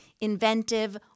inventive